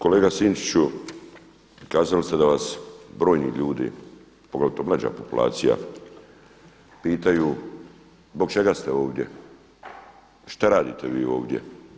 Kolega Sinčiću, kazali ste da vas brojni ljudi, pogotovo mlađa populacija pitaju zbog čega ste ovdje, što radite vi ovdje.